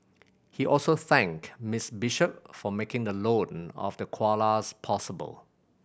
he also thanked Miss Bishop for making the loan of the koalas possible